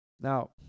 Now